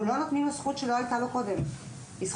אנחנו לא נותנים לו זכות שלא הייתה לו קודם; זוהי